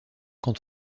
quand